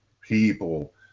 people